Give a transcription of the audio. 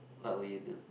what would you do